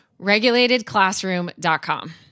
Regulatedclassroom.com